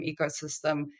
ecosystem